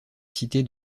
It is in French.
cité